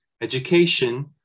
education